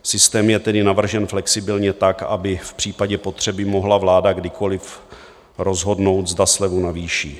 Systém je tedy navržen flexibilně, aby v případě potřeby mohla vláda kdykoliv rozhodnout, zda slevu navýší.